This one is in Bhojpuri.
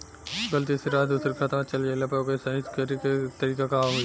गलती से राशि दूसर के खाता में चल जइला पर ओके सहीक्ष करे के का तरीका होई?